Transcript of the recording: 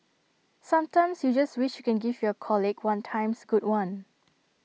sometimes you just wish you can give your colleague one times good one